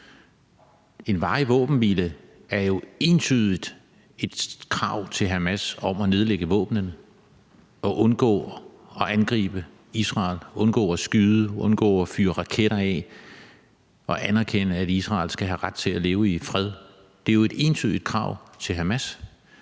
En varig våbenhvile er jo entydigt et krav til Hamas om at nedlægge våbnene og undgå at angribe Israel og undgå at skyde og fyre raketter af og anerkende, at Israel skal have ret til at leve i fred. Det er jo et entydigt krav til Hamas.